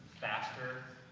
faster,